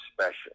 special